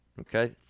okay